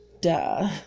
Duh